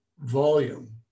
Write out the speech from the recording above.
volume